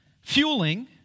Fueling